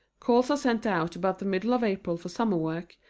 calls are sent out about the middle of april for summer work,